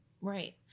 Right